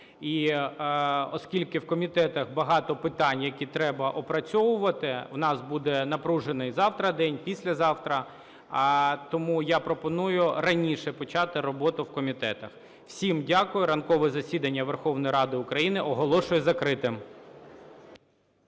І оскільки в комітетах багато питань, які треба опрацьовувати, в нас буде напружений завтра день, післязавтра, тому я пропоную раніше почати роботу в комітетах. Всім дякую. Ранкове засідання Верховної Ради України оголошую закритим.